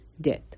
death